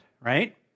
right